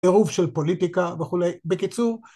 עירוב של פוליטיקה וכולי, בקיצור